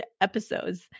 episodes